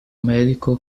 medico